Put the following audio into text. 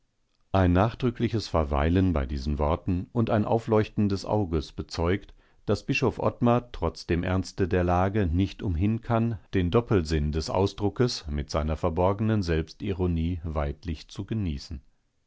ein nachdrückliches verweilen bei diesen worten und ein aufleuchten des auges bezeugt daß bischof ottmar trotz dem ernste der lage nicht umhin kann den doppelsinn des ausdruckes mit seiner verborgenen selbstironie weidlich zu genießen